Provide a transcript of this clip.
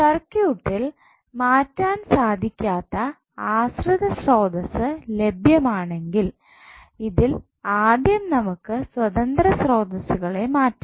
സർക്യൂട്ടിൽ മാറ്റാൻ സാധിക്കാത്ത ആശ്രിത സ്രോതസ്സ് ലഭ്യം ആണെങ്കിൽ ഇതിൽ ആദ്യം നമുക്ക് സ്വതന്ത്ര സ്രോതസ്സുകളെ മാറ്റാം